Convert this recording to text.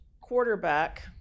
quarterback